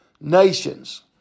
nations